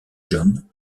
john